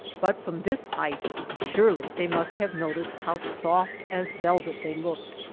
but from this height surely they must have noticed how soft as velvet they looked,